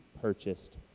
purchased